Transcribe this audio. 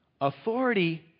authority